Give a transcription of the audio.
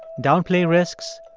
downplay risks,